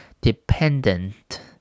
dependent